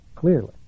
Clearly